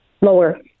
Lower